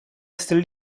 essere